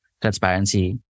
Transparency